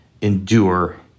endure